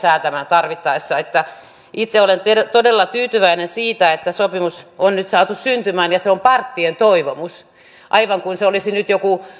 tarvittaessa itse olen todella tyytyväinen siitä että sopimus on nyt saatu syntymään ja se on parttien toivomus aivan kuin se olisi nyt joku